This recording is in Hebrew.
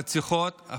הרציחות,